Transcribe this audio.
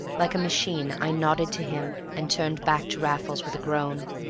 like a machine i nodded to him, and turned back to raffles with a groan.